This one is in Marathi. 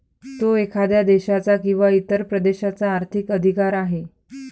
तो एखाद्या देशाचा किंवा इतर प्रदेशाचा आर्थिक अधिकार आहे